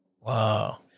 wow